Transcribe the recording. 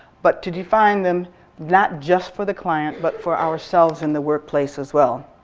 but to define them not just for the client but for ourselves in the workplace as well.